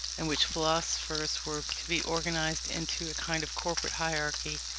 in which philosophers were to be organized into a kind of corporate hierarchy,